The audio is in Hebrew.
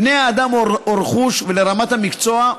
בני האדם או רכוש ולרמת המקצוע,